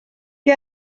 que